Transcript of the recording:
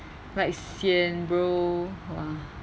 like sian bro !wah!